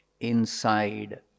inside